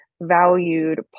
valued